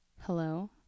Hello